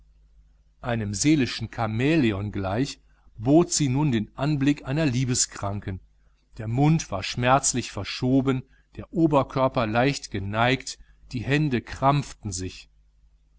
einem seelischen chamäleon gleich bot sie nun den anblick einer liebeskranken der mund war schmerzlich verschoben der oberkörper leicht geneigt die hände krampften sich